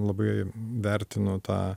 labai vertinu tą